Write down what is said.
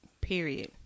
Period